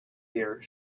here